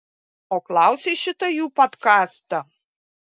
o klausei šitą jų podkastą